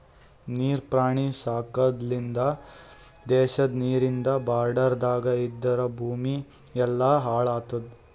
ನೀರ್ ಪ್ರಾಣಿ ಸಾಕದ್ ಲಿಂತ್ ದೇಶದ ನೀರಿಂದ್ ಬಾರ್ಡರದಾಗ್ ಇರದ್ ಭೂಮಿ ಎಲ್ಲಾ ಹಾಳ್ ಆತುದ್